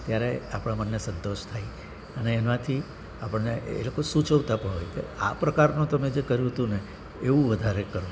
ત્યારે આપણા મનને સંતોષ થાય અને એનાથી આપણને એ લોકો સૂચવતા પણ હોય કે આ પ્રકારનું તમે જે કર્યું હતું ને એવું વધારે કરો